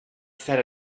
sat